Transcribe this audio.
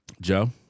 Joe